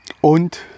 Und